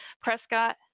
Prescott